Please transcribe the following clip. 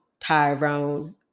Tyrone